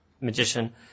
magician